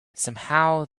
somehow